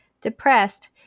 Depressed